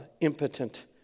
impotent